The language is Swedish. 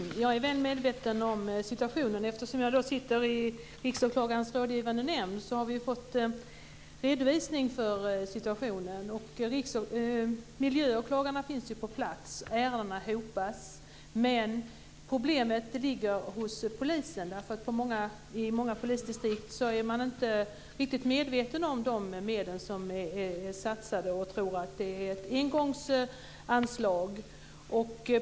Fru talman! Jag är väl medveten om situationen. Jag sitter med i Riksåklagarens rådgivande nämnd och vi har fått en redovisning av situationen. Miljöåklagarna finns ju på plats men ärendena hopas. Problemet ligger hos polisen. I många polisdistrikt är man inte riktigt medveten om de medel som är satsade. Man tror att det är fråga om ett engångsanslag.